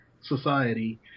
society